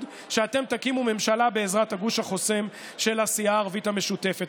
שאתם תקימו ממשלה בעזרת הגוש החוסם של הסיעה הערבית המשותפת.